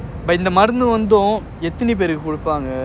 but